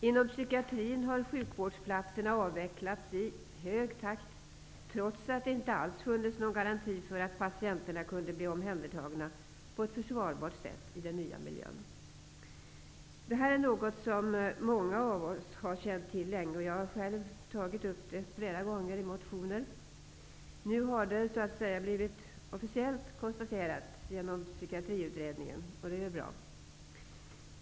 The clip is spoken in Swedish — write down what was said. Inom psykiatrin har sjukvårdsplatserna avvecklats i hög takt, trots att det inte alls funnits någon garanti för att patienterna på ett försvarbart sätt kan bli omhändertagna i den nya miljön. Det här har många av oss känt till länge, och jag har själv tagit upp det i olika motioner. Nu är det officiellt konstaterat genom Psykiatriutredningen, och det är bra.